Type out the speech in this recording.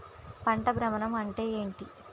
పంట భ్రమణం అంటే ఏంటి?